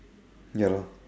ya lor